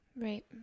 Right